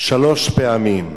שלוש פעמים.